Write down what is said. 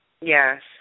Yes